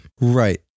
Right